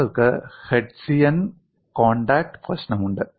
നിങ്ങൾക്ക് Hertzian contact പ്രശ്നമുണ്ട്